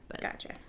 Gotcha